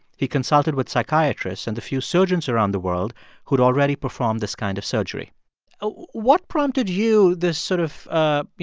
he consulted with psychiatrists and the few surgeons around the world who'd already performed this kind of surgery what prompted you, this sort of, ah you